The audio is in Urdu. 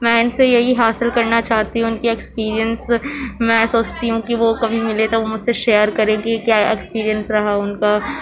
میں ان سے یہی حاصل کرنا چاہتی ہوں کہ ایکسپیرئنس میں سوچتی ہوں کہ وہ کبھی ملیں تو مجھ سے شیئر کریں کہ کیا ایکسپیرئنس رہا ان کا